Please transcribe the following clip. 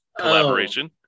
collaboration